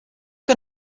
que